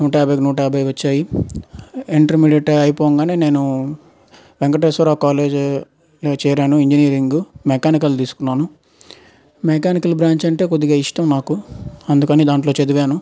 నూట యాభైకి నూట యాభై వచ్చాయి ఇంటర్మీడియట్ అయిపోగానే నేను వెంకటేశ్వర కాలేజ్లో చేరాను ఇంజనీరింగ్ మెకానికల్ తీసుకున్నాను మెకానికల్ బ్రాంచ్ అంటే కొద్దిగా ఇష్టం నాకు అందుకని దాంట్లో చదివాను